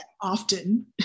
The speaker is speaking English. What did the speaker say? often